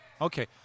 Okay